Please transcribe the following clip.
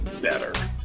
better